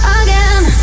again